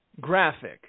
Graphic